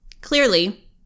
Clearly